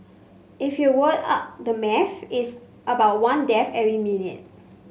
if you work out the maths it's about one death every minute